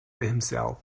himself